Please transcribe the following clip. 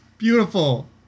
Beautiful